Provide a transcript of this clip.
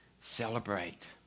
Celebrate